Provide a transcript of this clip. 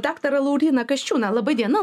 daktarą lauryną kasčiūną laba diena